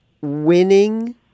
winning